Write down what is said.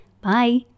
Bye